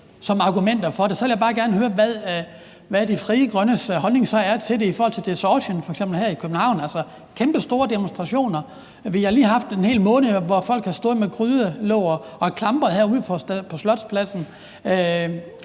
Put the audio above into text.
som argumenter for det. Så vil jeg bare gerne høre, hvad Frie Grønnes holdning er til det i forhold til f.eks. Distortion her i København og i forhold til kæmpestore demonstrationer. Vi har lige haft en hel måned, hvor folk har stået med grydelåg og klampret her udenfor på Slotspladsen.